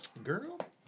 girl